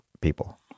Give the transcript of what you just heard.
people